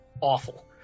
awful